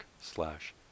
slash